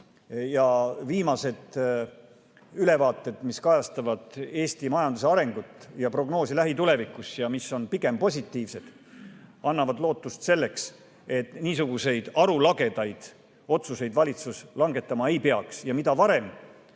ja viimased ülevaated, mis kajastavad Eesti majanduse arengut ja prognoosi lähitulevikuks ja mis on pigem positiivsed, annavad lootust selleks, et niisuguseid arulagedaid otsuseid valitsus langetama ei peaks. Mida varem